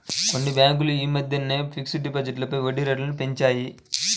కొన్ని బ్యేంకులు యీ మద్దెనే ఫిక్స్డ్ డిపాజిట్లపై వడ్డీరేట్లను పెంచాయి